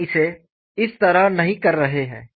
हम इसे इस तरह नहीं कर रहे हैं